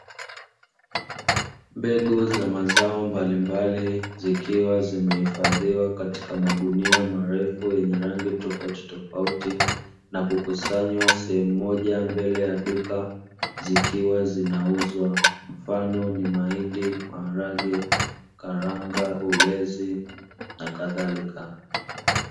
Mbegu za mazao mbalimbali zikiwa zimehifadhiwa katika magunia marefu yenye rangi tofautitofauti na kukusanywa sehemu moja mbele ya duka zikiwa zinauzwa, mfano ni mahindi, maharage, karanga, ulezi nakadhalika.